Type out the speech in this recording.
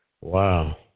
Wow